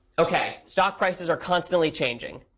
ok, stock prices are constantly changing.